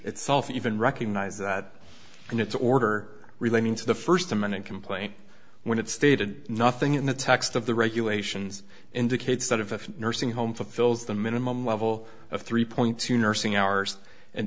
itself even recognize that and it's an order relating to the first amendment complaint when it stated nothing in the text of the regulations indicates that if a nursing home fulfills the minimum level of three point two nursing hours and